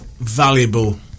valuable